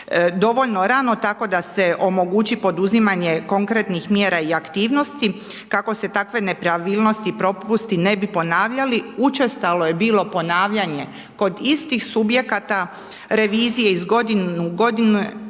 dovoljno rano tako se da se omogući poduzimanje konkretnih mjera i aktivnosti kako se takve nepravilnosti i propusti ne bi ponavljali, učestalo je bilo ponavljanje kod istih subjekata revizije iz godine u godinu